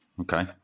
Okay